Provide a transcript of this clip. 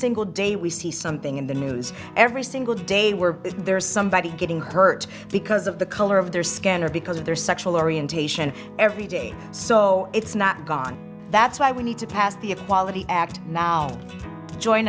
single day we see something in the news every single day were there somebody getting hurt because of the color of their skin or because of their sexual orientation every day so it's not gone that's why we need to pass the equality act now join